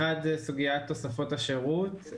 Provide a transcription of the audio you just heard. הראשון, סוגיית תוספות השירות.